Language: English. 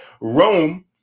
Rome